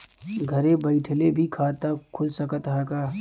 घरे बइठले भी खाता खुल सकत ह का?